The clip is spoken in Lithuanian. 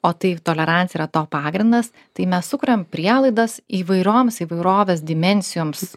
o tai tolerancija yra to pagrindas tai mes sukuriam prielaidas įvairioms įvairovės dimensijoms